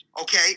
Okay